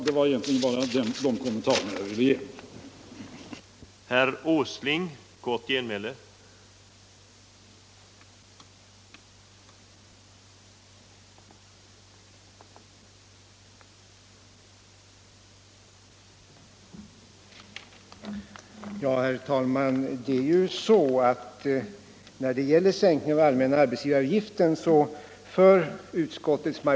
Det var egentligen bara de kommentarerna jag ville göra.